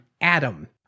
Adam